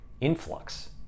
influx